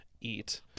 eat